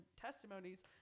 testimonies